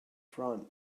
front